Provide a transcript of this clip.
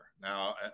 now